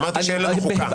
אמרתי שאין לנו חוקה.